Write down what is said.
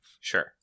sure